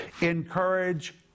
encourage